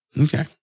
Okay